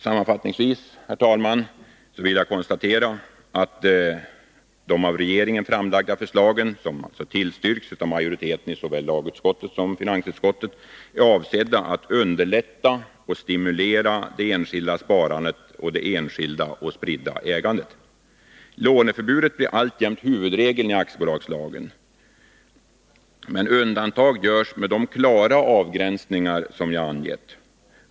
Sammanfattningsvis, herr talman, vill jag konstatera att de av regeringen framlagda förslagen, som tillstyrks av majoriteten i såväl lagutskottet som finansutskottet, är avsedda att underlätta och stimulera det enskilda sparandet och det enskilda och spridda ägandet. Låneförbudet blir alltjämt huvudregel i aktiebolagslagen, men undantag görs med de klara begränsningar som jag har angivit.